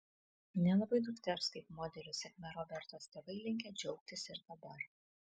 nelabai dukters kaip modelio sėkme robertos tėvai linkę džiaugtis ir dabar